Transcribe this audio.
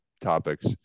topics